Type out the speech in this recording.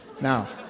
Now